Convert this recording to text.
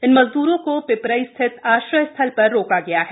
इन मजदूरों को पिपरई स्थित आश्रय स्थल पर रोका गया है